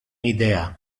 idea